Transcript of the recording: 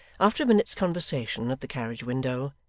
after a minute's conversation at the carriage-window,